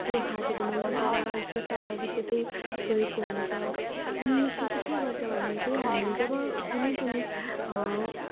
त्यो हातहरूमा लागेर जथाभावी त्यतै गएको हुन्छ अनि यसले त के गर्छ भन्दाखेरि त्यही हामी जब कुनै पनि